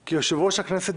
כי יושב-ראש הכנסת,